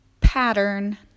pattern